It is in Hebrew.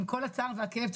עם כל הצער והכאב,